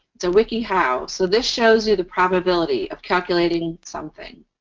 it's a wikihow. so, this shows you the probability of calculating something.